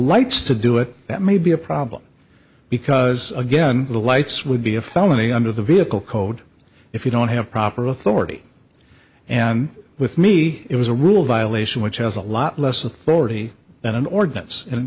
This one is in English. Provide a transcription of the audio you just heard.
lights to do it that may be a problem because again the lights would be a felony under the vehicle code if you don't have proper authority and with me it was a rule violation which has a lot less authority than an ordinance and